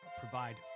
provide